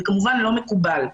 זה, כמובן, לא מקובל.